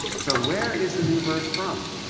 so where is the new birth from?